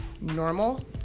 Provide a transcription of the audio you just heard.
normal